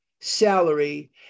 salary